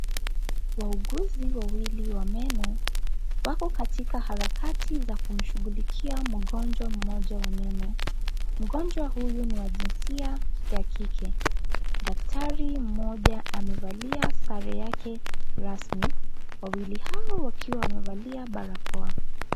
Wauguzi wawili wa meno wako katika harakati za kumshughulikia mgonjwa mmoja wa meno. Mgonjwa huyu ni wa jinsia ya kike, daktari mmoja amevalia sare yake rasmi wawili hawa wakiwa wamevalia barakoa.